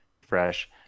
fresh